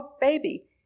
baby